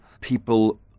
people